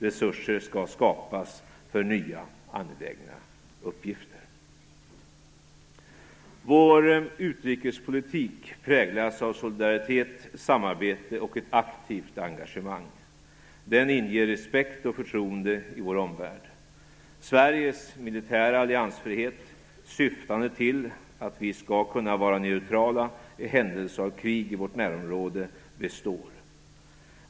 Resurser skall skapas för nya angelägna uppgifter. Vår utrikespolitik präglas av solidaritet, samarbete och ett aktivt engagemang. Den inger respekt och förtroende i vår omvärld. Sveriges militära alliansfrihet, syftande till att vi skall kunna vara neutrala i händelse av krig i vårt närområde, består.